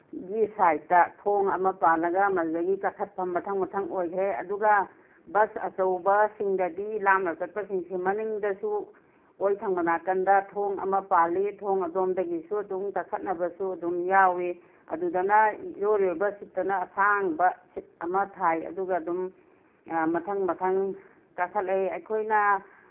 ꯒꯤ ꯁꯥꯏꯠꯇ ꯊꯣꯡ ꯑꯃ ꯄꯥꯜꯂꯒ ꯃꯗꯨꯗꯒꯤ ꯀꯥꯈꯠꯐꯝ ꯃꯊꯪ ꯃꯊꯪ ꯑꯣꯏꯈ꯭ꯔꯦ ꯑꯗꯨꯒ ꯕꯁ ꯑꯆꯧꯕꯁꯤꯡꯗꯗꯤ ꯂꯥꯞꯅ ꯆꯠꯄꯁꯤꯡꯁꯦ ꯃꯅꯤꯡꯗꯁꯨ ꯑꯣꯏ ꯊꯪꯕ ꯅꯥꯀꯟꯗ ꯊꯣꯡ ꯑꯃ ꯄꯥꯜꯂꯤ ꯊꯣꯡ ꯑꯗꯣꯝꯗꯒꯤꯁꯨ ꯑꯗꯨꯝ ꯀꯥꯈꯠꯅꯕꯁꯨ ꯑꯗꯨꯝ ꯌꯥꯎꯋꯤ ꯑꯗꯨꯗꯅ ꯏꯔꯣꯏ ꯂꯣꯏꯕ ꯁꯤꯠꯇꯅ ꯑꯁꯥꯡꯕ ꯁꯤꯠ ꯑꯃ ꯊꯥꯏ ꯑꯗꯨꯒ ꯑꯗꯨꯝ ꯃꯊꯪ ꯃꯊꯪ ꯀꯥꯈꯠꯂꯛꯏ ꯑꯩꯈꯣꯏꯅ